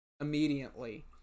immediately